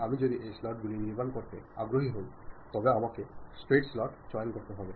এবং আমি যদি এই স্লটগুলি নির্মাণ করতে আগ্রহী হই তবে আমাকে স্ট্রেইট স্লট চয়ন করতে হবে